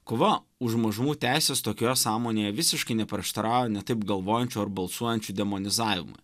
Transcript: kova už mažumų teises tokioje sąmonėje visiškai neprieštarauja ne taip galvojančių ar balsuojančių demonizavimui